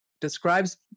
Describes